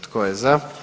Tko je za?